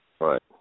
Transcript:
Right